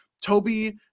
Toby